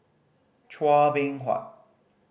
Chua Beng Huat